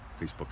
Facebook